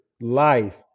life